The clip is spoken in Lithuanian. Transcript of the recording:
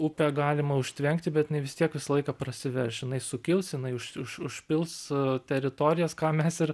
upę galima užtvenkti bet jinai vis tiek visą laiką prasiverš jinai sukils jinai už už užpils teritorijas ką mes ir